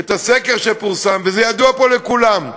את הסקר שפורסם, וזה ידוע פה לכולם.